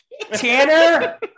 Tanner